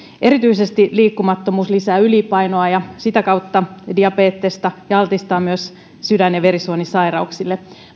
liikkumattomuus lisää erityisesti ylipainoa ja sitä kautta diabetesta ja altistaa myös sydän ja verisuonisairauksille